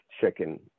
chicken